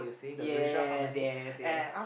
yes yes yes